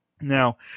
Now